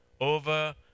over